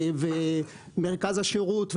מרכז השירות,